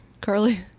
carly